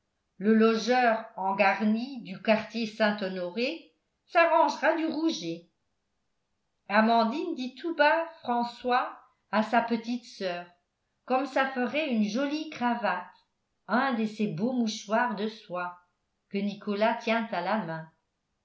le logeur en garni du quartier saint-honoré s'arrangera du rouget amandine dit tout bas françois à sa petite soeur comme ça ferait une jolie cravate un de ces beaux mouchoirs de soie que nicolas tient à la main